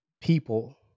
people